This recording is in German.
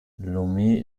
lomé